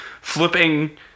flipping